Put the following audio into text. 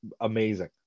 amazing